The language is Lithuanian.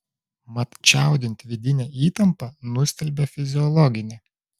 mat čiaudint vidinę įtampą nustelbia fiziologinė